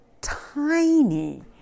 tiny